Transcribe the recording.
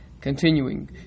continuing